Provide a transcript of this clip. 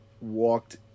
walked